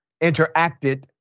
interacted